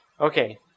Okay